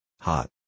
Hot